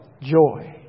joy